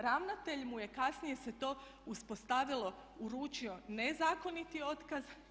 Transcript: Ravnatelj mu je, kasnije se to ispostavilo, uručio nezakoniti otkaz.